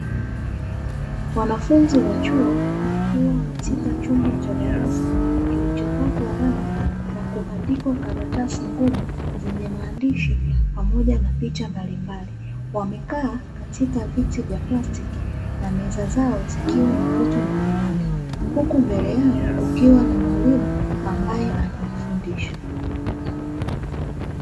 Wanafunzi wa chuo wakiwa katika chumba cha darasa kilichopakwa rangi na kubandikwa karatasi ngumu zenye maandishi pamoja na picha mbalimbali, wamekaa katika viti vya plastiki na meza zao zikiwa na vitu mbalimbali, huku mbele yao kukiwa na mwalimu ambaye anawafundisha.